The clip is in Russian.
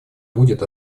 будет